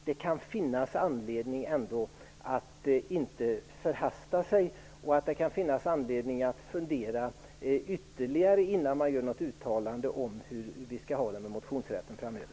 Det kan finnas anledning att inte förhasta sig och att i stället fundera ytterligare innan man gör något uttalande om hur vi skall ha det med motionsrätten framöver.